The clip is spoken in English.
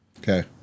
Okay